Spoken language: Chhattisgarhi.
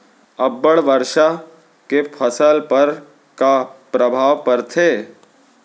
अब्बड़ वर्षा के फसल पर का प्रभाव परथे?